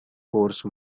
coarse